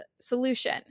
solution